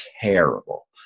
terrible